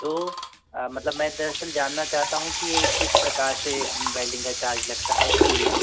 तो मतलब मैं दरअसल जानना चाहता हूँ कि ये किस प्रकार से बेल्डिंग का चार्ज लगता है एक